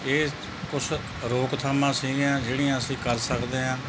ਇਹ ਕੁਛ ਰੋਕਥਾਮਾਂ ਸੀਗੀਆਂ ਜਿਹੜੀਆਂ ਅਸੀਂ ਕਰ ਸਕਦੇ ਹਾਂ